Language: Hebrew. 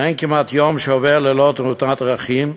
אין כמעט יום שעובר ללא תאונת דרכים,